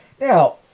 Now